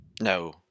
No